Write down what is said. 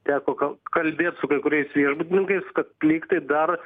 teko kal kalbėt su kai kuriais viešbutininkais kad lygtai dar